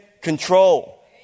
control